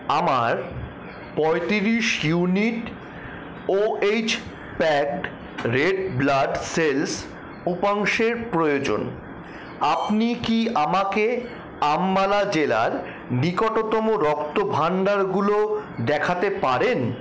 আমার পঁয়ত্রিশ unit O H packet red blood cells উপাংশের প্রয়োজন আপনি কি আমাকে আম্বালা জেলার নিকটতম রক্তভাণ্ডারগুলো দেখাতে পারেন